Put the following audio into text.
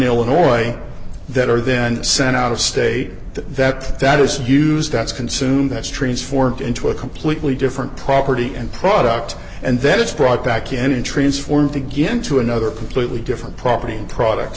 illinois that are then sent out of state that that data is used that's consumed that's transformed into a completely different property and product and then it's brought back in transformed again to another completely different property and product